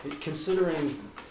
Considering